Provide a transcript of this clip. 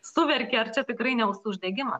suverkia ar čia tikrai ne ausų uždegimas